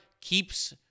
keeps